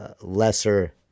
lesser